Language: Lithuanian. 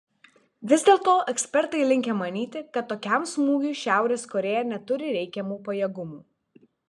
vis dėlto ekspertai linkę manyti kad tokiam smūgiui šiaurės korėja neturi reikiamų pajėgumų